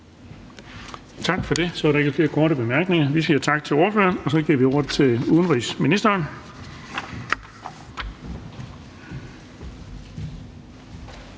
Tak for det. Så er der ikke flere korte bemærkninger, og vi siger tak til ordføreren. Og så giver vi ordet til udenrigsministeren.